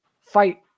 fight